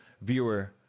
viewer